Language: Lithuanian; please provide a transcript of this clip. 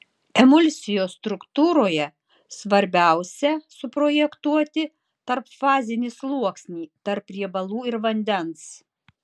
emulsijos struktūroje svarbiausia suprojektuoti tarpfazinį sluoksnį tarp riebalų ir vandens